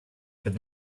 but